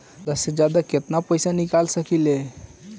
जादा से जादा कितना पैसा निकाल सकईले?